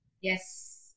Yes